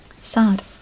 sad